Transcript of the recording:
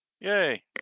Yay